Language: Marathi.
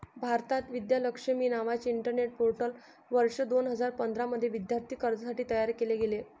भारतात, विद्या लक्ष्मी नावाचे इंटरनेट पोर्टल वर्ष दोन हजार पंधरा मध्ये विद्यार्थी कर्जासाठी तयार केले गेले